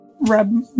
rub